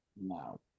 No